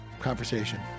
conversation